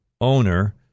owner